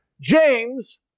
James